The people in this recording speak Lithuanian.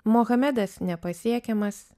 muhamedas nepasiekiamas